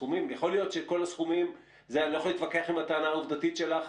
אני לא יכול להתווכח עם הטענה העובדתית שלך.